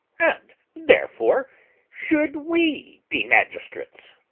and therefore should we be magistrates